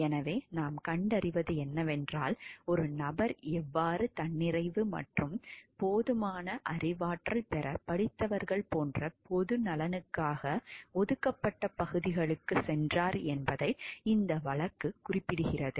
எனவே நாம் கண்டறிவது என்னவென்றால் ஒரு நபர் எவ்வாறு தன்னிறைவு மற்றும் போதுமான அறிவாற்றல் பெற படித்தவர்கள் போன்ற பொது நலனுக்காக ஒதுக்கப்பட்ட பகுதிகளுக்குச் சென்றார் என்பதை இந்த வழக்கு குறிப்பிடுகிறது